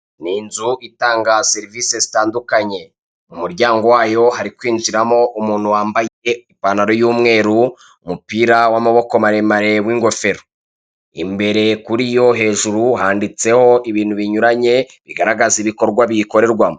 Ni inzu itanga serivise zitandukanye umuryango wayo hari kwinjiramo umuntu wambaye ipantalo y'umweru, umupira w'amaboko maremare w'ingofero, imbere kuri yo hejuru handitseho ibintu binyuranye bigaragaza ibikorwa biyikorerwamo.